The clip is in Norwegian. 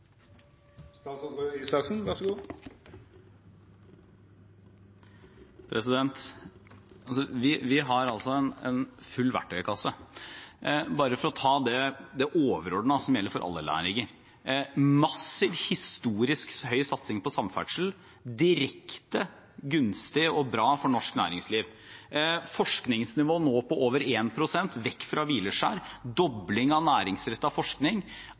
Vi har altså en full verktøykasse. Bare for å ta det overordnede, som gjelder for alle næringer: en massiv historisk høy satsing på samferdsel – det er direkte gunstig og bra for norsk næringsliv et forskningsnivå nå på over 1 pst. – vekk fra hvileskjær en dobling av næringsrettet forskning